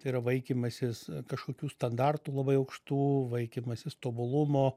tai yra vaikymasis kažkokių standartų labai aukštų vaikymasis tobulumo